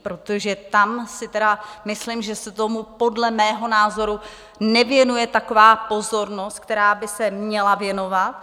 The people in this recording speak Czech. Protože tam si myslím, že se tomu podle mého názoru nevěnuje taková pozornost, která by se tomu měla věnovat.